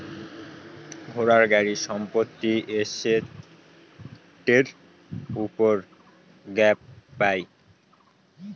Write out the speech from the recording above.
ঘোড়া, গাড়ি, সম্পত্তি এসেটের উপর গ্যাপ পাই